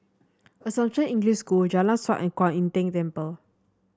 Assumption English School Jalan Siap and Kwan Im Tng Temple